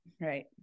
right